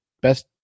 best